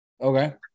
Okay